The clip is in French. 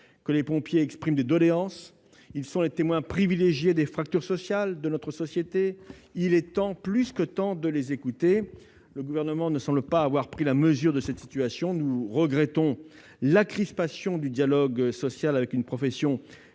que les pompiers expriment des doléances ! Ils sont les témoins privilégiés des fractures sociales de notre société, il est temps, plus que temps, de les écouter. Le Gouvernement ne semble pas avoir pris la mesure de cette situation. Nous regrettons la crispation du dialogue social avec une profession